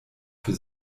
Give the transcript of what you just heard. für